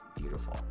beautiful